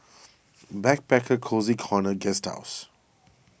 Backpacker Cozy Corner Guesthouse